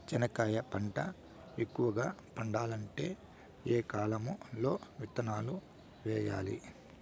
చెనక్కాయ పంట ఎక్కువగా పండాలంటే ఏ కాలము లో విత్తనాలు వేయాలి?